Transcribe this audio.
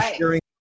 right